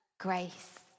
Grace